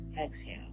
Exhale